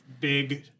big